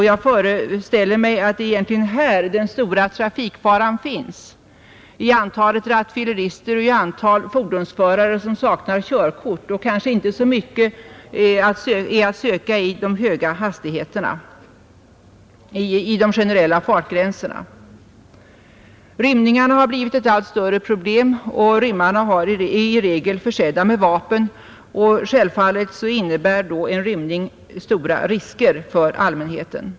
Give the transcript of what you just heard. Jag föreställer mig att den stora trafikfaran egentligen finns i antalet rattfyllerister och i antalet fordonsförare, som saknar körkort, och kanske inte är så mycket att söka i för höga generella fartgränser. Rymningarna har blivit ett allt större problem, och rymmarna är i regel försedda med vapen. Självfallet innebär då en rymning stora risker för allmänheten.